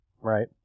Right